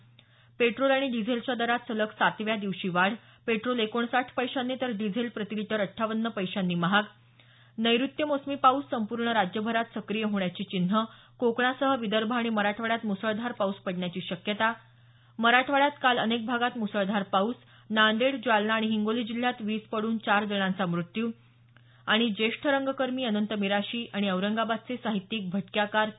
्र्य्य petrol आणि डिझेलच्या दरात सलग सातव्या दिवशी वाढ पेट्रोल एकोणसाठ पैशांनी तर डिझेल प्रतिलीटर अठ्ठावन्न पैशांनी महाग ः् नैऋत्य मोसमी पाऊस संपूर्ण राज्यभरात सक्रीय होण्याची चिन्हं कोकणासह विदर्भ आणि मराठवाड्यात मुसळधार पाऊस पडण्याची शक्यता ्र्य्य मराठवाड्यात अनेक भागात मुसळधार पाऊस नांदेड जालना आणि हिंगोली जिल्ह्यात वीज पडून एकूण चौघा जणांचा मृत्यू आणि श्र्श्श ज्येष्ठ रंगकर्मी अनंत मिराशी आणि औरंगाबादचे साहित्यिक भटक्या कार के